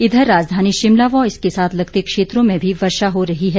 इधर राजधानी शिमला व इसके साथ लगते क्षेत्रों में भी वर्षा हो रही है